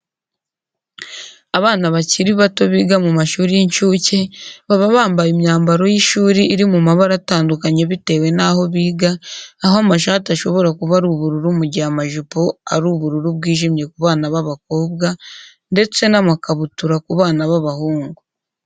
Abana bakiri bato biga mu mashuri y'incuke baba bambaye imyambaro y'ishuri iri mu mabara atandukanye bitwe n'aho biga aho amashati ashobora kuba ari ubururu mu gihe amajipo ari ubururu bwijimye ku bana b'abakobwa ndetse n'amakabutura ku bana b'abahungu.